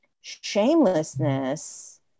shamelessness